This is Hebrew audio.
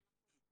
זה מה שאני